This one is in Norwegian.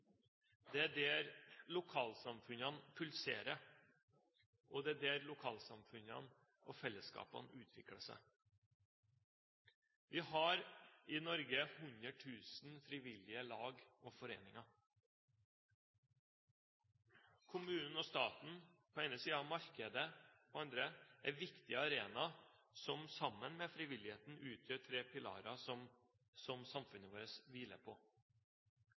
Det er der lokalsamfunnene pulserer, og det er der lokalsamfunnene og fellesskapene utvikler seg. Vi har i Norge 100 000 frivillige lag og foreninger. Kommunen og staten på den ene siden og markedet på den andre er viktige arenaer som sammen med frivilligheten utgjør tre pilarer som samfunnet vårt hviler på.